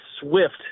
Swift